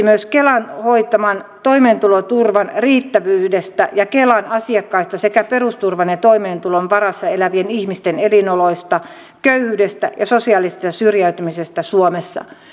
myös kelan hoitaman toimeentuloturvan riittävyydestä ja kelan asiakkaista sekä perusturvan ja toimeentulon varassa elävien ihmisten elinoloista köyhyydestä ja sosiaalisesta syrjäytymisestä suomessa